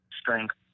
strength